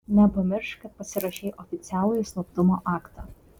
nepamiršk kad pasirašei oficialųjį slaptumo aktą